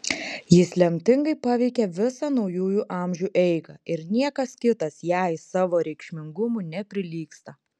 jis lemtingai paveikė visą naujųjų amžių eigą ir niekas kitas jai savo reikšmingumu neprilygsta